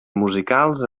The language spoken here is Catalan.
musicals